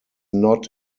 not